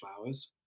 flowers